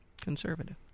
conservative